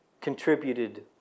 contributed